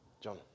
John